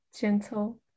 gentle